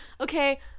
Okay